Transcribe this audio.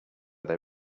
they